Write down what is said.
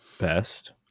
best